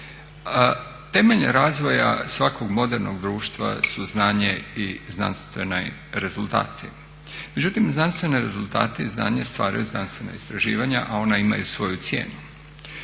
Temelj razvoja svakog modernog društva su znanje i znanstveni rezultati, međutim znanstvene rezultate i znanje stvaraju znanstvena istraživanja a ona imaju svoju cijenu.